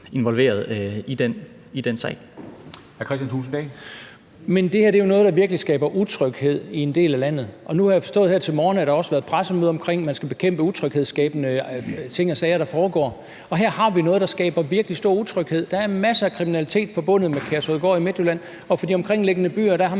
Kristian Thulesen Dahl (DF): Men det her er jo noget, der virkelig skaber utryghed i en del af landet, og nu har jeg forstået her til morgen, at der også har været et pressemøde om, at man skal bekæmpe utryghedsskabende ting og sager, der foregår. Her har vi noget, der skaber virkelig stor utryghed. Der er masser af kriminalitet forbundet med Kærshovedgård i Midtjylland, og i de omkringliggende byer skriger